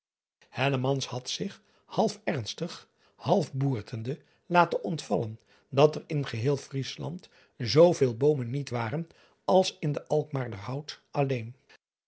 had zich half ernstig half boertende laten ontvallen dat er in geheel riesland zooveel boomen niet waren als in den lkmaarder out alleen